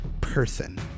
person